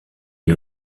une